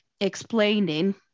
explaining